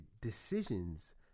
decisions